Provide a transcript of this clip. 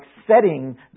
setting